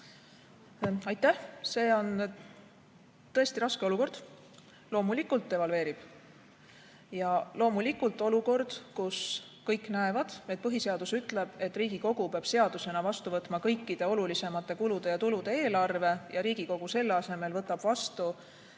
Aitäh! See on tõesti raske olukord. Loomulikult devalveerib. Loomulikult olukord, kus kõik näevad, et põhiseadus ütleb, et Riigikogu peab seadusena vastu võtma kõikide olulisemate kulude ja tulude eelarve, ja Riigikogu selle asemel võtab vastu